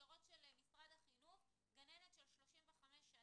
במסגרות של משרד החינוך גננת של 35 שנה,